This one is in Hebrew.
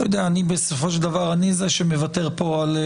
אתה יודע אני בסופו של דבר אני זה שמוותר פה על,